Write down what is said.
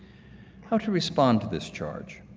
how to respond to this charge?